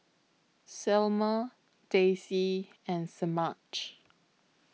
Selmer Daisey and Semaj